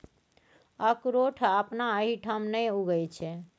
अकरोठ अपना एहिठाम नहि उगय छै